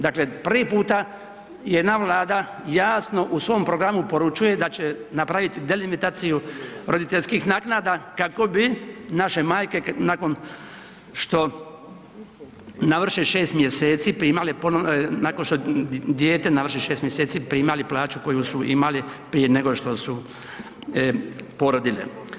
Dakle prvi puta jedna Vlada jasno u svom programu poručuje da će napraviti delimitaciju roditeljskih naknada kako bi naše majke nakon što navrše 6 mj., nakon što dijete navrši 6 mj., primale plaću koju su imale prije nego što porodile.